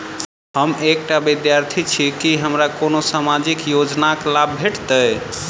हम एकटा विद्यार्थी छी, की हमरा कोनो सामाजिक योजनाक लाभ भेटतय?